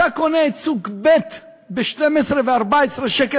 אתה קונה את סוג ב' ב-12 או 14 שקל,